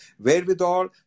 wherewithal